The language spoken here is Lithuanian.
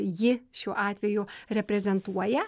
ji šiuo atveju reprezentuoja